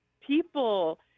people